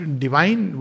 divine